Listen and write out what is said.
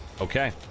Okay